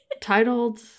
Titled